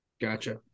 Gotcha